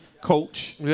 coach